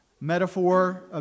metaphor